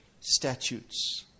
statutes